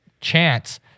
chance